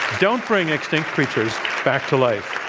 don't bring extinct creatures back to life.